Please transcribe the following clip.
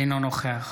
אינו נוכח